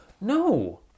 No